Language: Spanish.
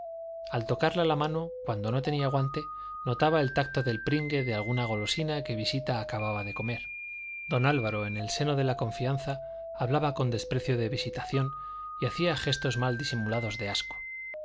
al tocarla la mano cuando no tenía guante notaba el tacto el pringue de alguna golosina que visita acababa de comer don álvaro en el seno de la confianza hablaba con desprecio de visitación y hacía gestos mal disimulados de asco